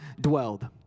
dwelled